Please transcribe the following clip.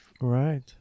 Right